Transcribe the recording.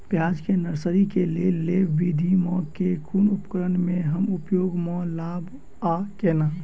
प्याज केँ नर्सरी केँ लेल लेव विधि म केँ कुन उपकरण केँ हम उपयोग म लाब आ केना?